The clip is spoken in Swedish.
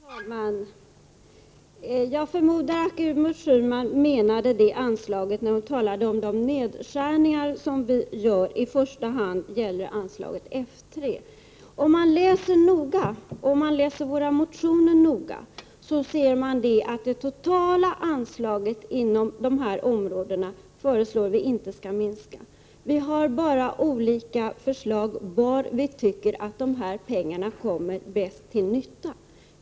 Herr talman! Jag förmodar att Gudrun Schyman i första hand syftade på anslag F 3 när hon talade om nedskärningar som vi vill göra. Men om man läser våra motioner noga ser man att vi inte föreslår att det totala anslaget inom dessa områden skall minska. Vi har olika uppfattningar om var dessa pengar bäst kommer till nytta.